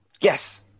Yes